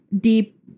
deep